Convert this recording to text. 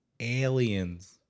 Aliens